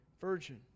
virgin